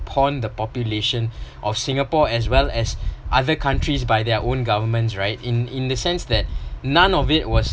upon the population of singapore as well as other countries by their own governments right in in the sense that none of it was